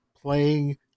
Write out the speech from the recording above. playing